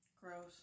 Gross